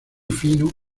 fino